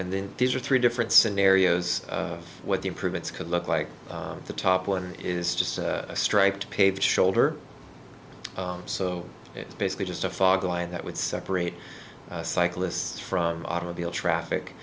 and then these are three different scenarios what the improvements could look like the top one is just a striped paved shoulder so it's basically just a fog line that would separate cyclists from automobile traffic